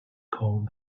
called